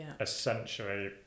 essentially